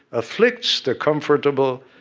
afflicts the comfortable,